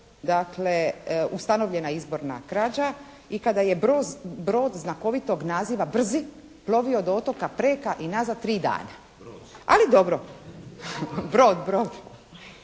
dakle ustanovljena izborna krađa i kada je brod znakovitog naziva «Brzi» plovio do otoka Preka i nazad tri dana. … /Upadica: Broz./